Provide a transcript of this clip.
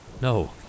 No